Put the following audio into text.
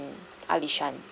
alishan